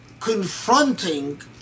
confronting